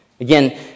Again